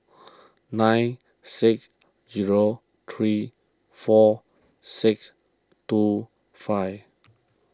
nine six zero three four six two five